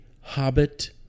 Hobbit